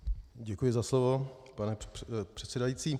Děkuji za slovo, pane předsedající.